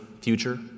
future